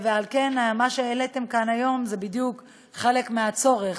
ועל כן מה שהעליתם כאן היום זה בדיוק חלק מהצורך